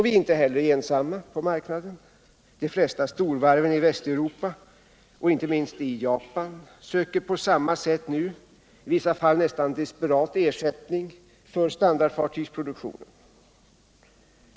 Vi är inte heller ensamma på marknaden; de flesta storvarven i Västeuropa och inte minst i Japan söker på samma sätt nu i vissa fall desperat ersättning för standardfartygsproduktionen.